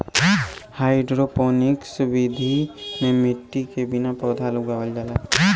hydroponics विधि में मट्टी के बिना पौधा उगावल जाला